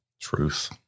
Truth